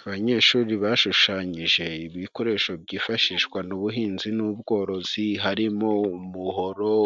Abanyeshuri bashushanyije ibikoresho byifashishwa mu ubuhinzi n'ubworozi, harimo umuhoro,